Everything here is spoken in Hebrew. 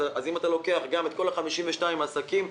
אז אם אתה לוקח את כל 52 העסקים,